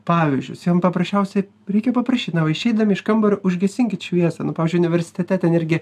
pavyzdžius jiem paprasčiausiai reikia paprašyt na va išeidami iš kambario užgesinkit šviesą pavyzdžiui universitete ten irgi